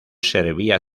servía